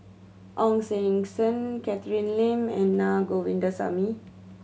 Ong Sing Sen Catherine Lim and Naa Govindasamy